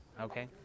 Okay